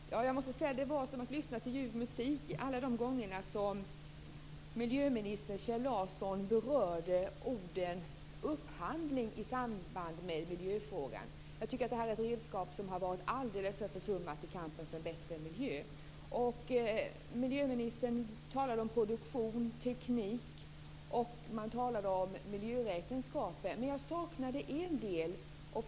Herr talman! Jag måste säga att det var som att lyssna till ljuv musik alla de gånger som miljöminister Kjell Larsson nämnde ordet upphandling i samband med miljöfrågan. Det är ett redskap som har varit alldeles för mycket försummat i kampen för en bättre miljö. Miljöministern talade om produktion, teknik och miljöräkenskaper, men jag saknade en faktor.